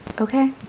Okay